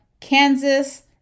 Kansas